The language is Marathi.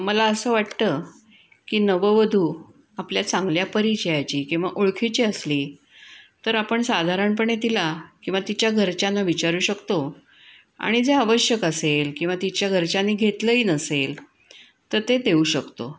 मला असं वाटतं की नववधू आपल्या चांगल्या परिचयाची किंवा ओळखीची असली तर आपण साधारणपणे तिला किंवा तिच्या घरच्यांना विचारू शकतो आणि जे आवश्यक असेल किंवा तिच्या घरच्यांनी घेतलंही नसेल तर ते देऊ शकतो